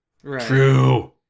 True